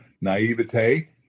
naivete